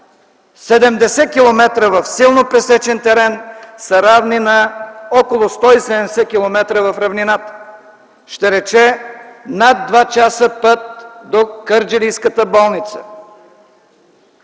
в силно пресечен терен са равни на около 170 км в равнината, ще рече – над два часа път до кърджалийската болница.